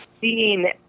seeing